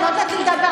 את לא נותנת לי לדבר.